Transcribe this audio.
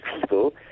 people